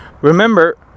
remember